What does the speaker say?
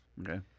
Okay